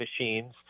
machines